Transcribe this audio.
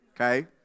okay